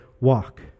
walk